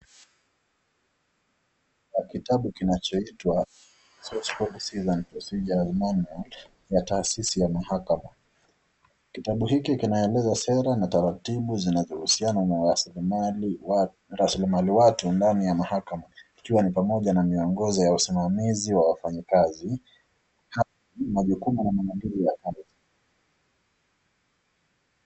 Kitabu kinachoitwa Policies and Procedures Manual ya taasisi ya mahakama. Kitabu hiki kinaeleza sera na taratibu zinazohusiana na rasilimali watu ndani ya mahakama ikiwa ni mapoja na miongozi ya usimamizi wafanyikazi majukumu na maendelezo ya awali.